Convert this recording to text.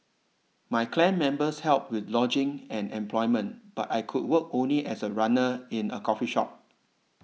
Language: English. my clan members helped with lodging and employment but I could work only as a runner in a coffee shop